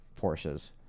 Porsches